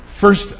First